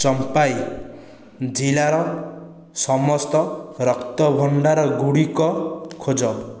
ଚମ୍ଫାଇ ଜିଲ୍ଲାର ସମସ୍ତ ରକ୍ତଭଣ୍ଡାର ଗୁଡ଼ିକ ଖୋଜ